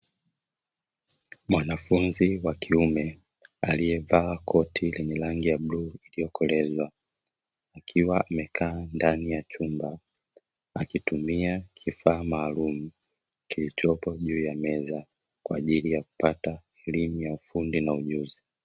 Mwanafunzi wa kiume aliyevaa koti lenye rangi ya bluu iliyokoleza, akiwa amekaa ndani ya chumba akitumia kifaa maalumu kilichopo juu ya meza kwa ajili ya kupata elimu ya ufundi na ujuzi.